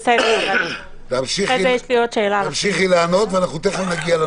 לכן אנחנו פה.